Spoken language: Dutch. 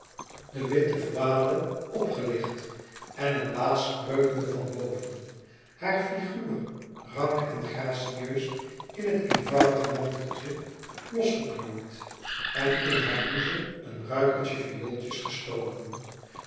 de witte voile opgelicht en een waas kreukende van boven haar figuur rank en gracieus in het eenvoudige manteltje losgeknoopt en in hare blouse een ruikertje viooltjes gestoken